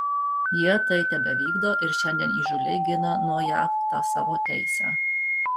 jie tai tebevykdo ir šiandien įžūliai gina nuo jav tą savo teisę